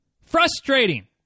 Frustrating